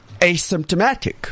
asymptomatic